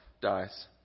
dies